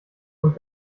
wohl